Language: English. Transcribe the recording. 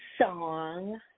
song